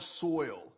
soil